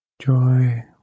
Joy